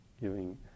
giving